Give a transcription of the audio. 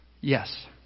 Yes